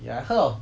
ya I heard of